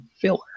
filler